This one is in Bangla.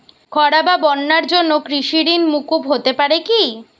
খরা বা বন্যার জন্য কৃষিঋণ মূকুপ হতে পারে কি?